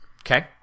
Okay